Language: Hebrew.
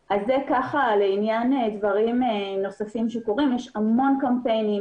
לעניין דברים נוספים שקורים יש המון קמפיינים,